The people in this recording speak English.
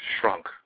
shrunk